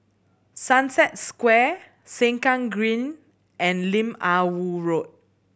Sunset Square Sengkang Green and Lim Ah Woo Road